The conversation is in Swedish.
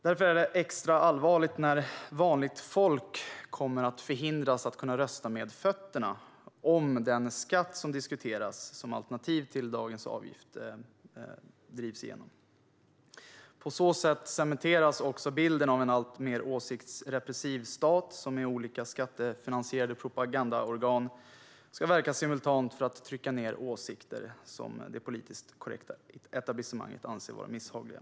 Därför är det extra allvarligt när vanligt folk kommer att förhindras att kunna rösta med fötterna - så blir det om den skatt som diskuteras som alternativ till dagens avgift drivs igenom. På så sätt cementeras också bilden av en alltmer åsiktsrepressiv stat som med olika skattefinansierade propagandaorgan ska verka simultant för att trycka ned åsikter som det politiskt korrekta etablissemanget anser vara misshagliga.